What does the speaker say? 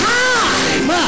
time